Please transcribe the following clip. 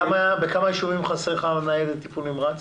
בכמה ישובים חסרה לך ניידת טיפול נמרץ?